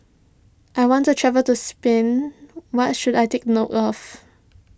I want to travel to Spain what should I take note of